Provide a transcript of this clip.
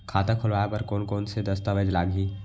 खाता खोलवाय बर कोन कोन से दस्तावेज लागही?